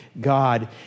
God